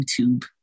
youtube